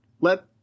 let